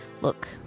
look